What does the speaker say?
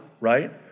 right